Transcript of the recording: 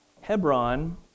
Hebron